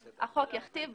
החוק יכתיב.